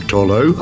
Tolo